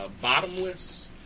bottomless